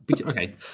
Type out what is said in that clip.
okay